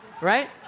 right